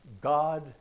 God